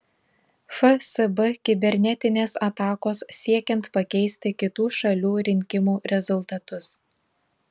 fsb kibernetinės atakos siekiant pakeisti kitų šalių rinkimų rezultatus